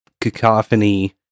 cacophony